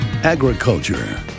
Agriculture